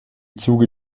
zuge